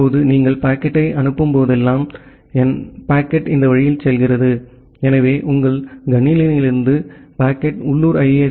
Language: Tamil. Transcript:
இப்போது நீங்கள் பாக்கெட்டை அனுப்பும் போதெல்லாம் எனவே பாக்கெட் இந்த வழியில் செல்கிறது எனவே உங்கள் கணினியிலிருந்து பாக்கெட் உள்ளூர் ஐ